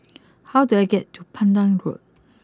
how do I get to Pandan Road